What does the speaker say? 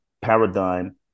paradigm